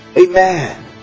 Amen